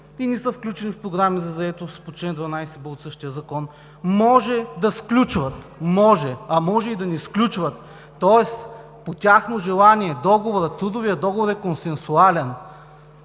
и не са включени в програми за заетост по чл. 12 от същия закон, може да сключват...“ Може, а може и да не сключват, тоест по тяхно желание трудовият договор е консенсуален,